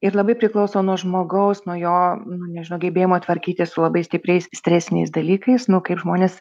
ir labai priklauso nuo žmogaus nuo jo nežinau gebėjimo tvarkytis su labai stipriais stresiniais dalykais nu kaip žmonės